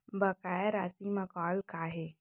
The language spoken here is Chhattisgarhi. बकाया राशि मा कॉल का हे?